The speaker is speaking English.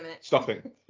stopping